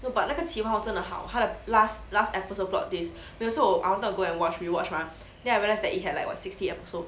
no but 那个奇皇后真的很好他的 last last episode plot twist 可是 so I wanted to go and watch rewatch mah then I realised that it had like what sixty episode